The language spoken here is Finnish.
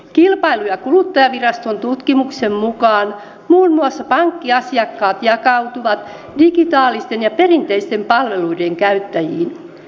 kilpailu ja kuluttajaviraston tutkimuksen mukaan muun muassa pankkiasiakkaat jakautuvat digitaalisten ja perinteisten palveluiden käyttäjiin